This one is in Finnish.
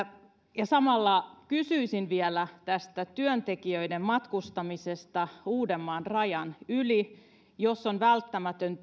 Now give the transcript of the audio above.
samalla kysyisin vielä tästä työntekijöiden matkustamisesta uudenmaan rajan yli jos on välttämätön